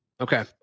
Okay